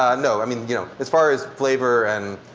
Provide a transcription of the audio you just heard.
ah no. i mean you know as far as flavor and